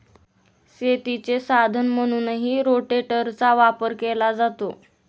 शेतीचे साधन म्हणूनही रोटेटरचा वापर केला जातो